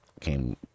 came